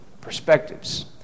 perspectives